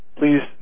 please